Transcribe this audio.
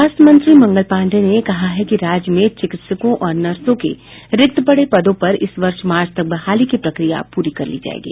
स्वास्थ्य मंत्री मंगल पांडेय ने कहा है कि राज्य में चिकित्सकों और नर्सों के रिक्त पड़े पदों पर इस वर्ष मार्च तक बहाली की प्रक्रिया पूरी कर ली जाएगी